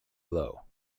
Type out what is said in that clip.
low